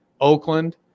Oakland